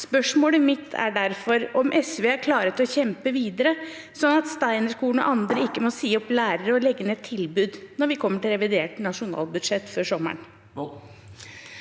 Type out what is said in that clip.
Spørsmålet mitt er derfor om SV er klare til å kjempe videre, slik at Steinerskolen og andre ikke må si opp lærere og legge ned tilbud når vi kommer til revidert nasjonalbudsjett før sommeren.